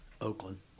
Oakland